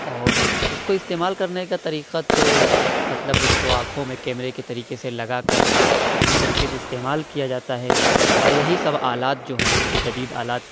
اور اُس کو استعمال کرنے کا طریقہ تو مطلب اُس کو آنکھوں میں کیمرے کی طریقے سے لگا کر اِس طریقے سے استعمال کیا جاتا ہے اور یہی سب آلات جو ہیں جو جدید آلات